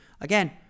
Again